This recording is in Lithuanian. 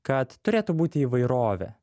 kad turėtų būti įvairovė